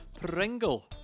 Pringle